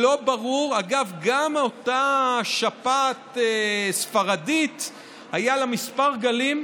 לא ברור, אגב, גם לאותה שפעת ספרדית היו כמה גלים.